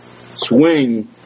swing